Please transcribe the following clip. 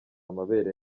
amabere